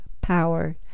power